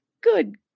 Good